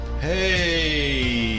Hey